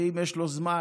ואם יש לו זמן,